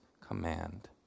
command